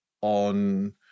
on